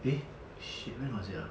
eh shit when was it ah